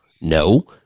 no